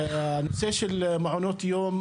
הנושא של מעונות יום,